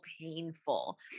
painful